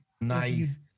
Nice